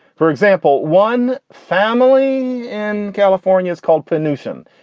for example, one family in california is called pollution.